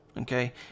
Okay